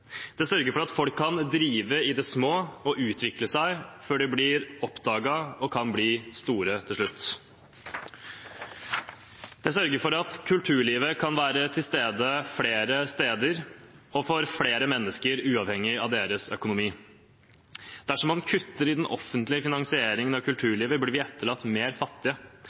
Det sørger for at folk kan drive i det små og utvikle seg, før de blir oppdaget og kan bli store til slutt. Det sørger for at kulturlivet kan være til stede flere steder og for flere mennesker, uavhengig av deres økonomi. Dersom man kutter i den offentlige finansieringen av kulturlivet, blir vi etterlatt